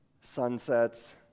sunsets